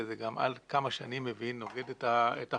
וזה גם עד כמה שאני מבין נוגד את החוק,